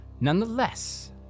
nonetheless